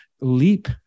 leap